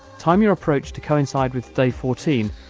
time your approach to coincide with day fourteen,